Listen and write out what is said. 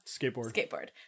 Skateboard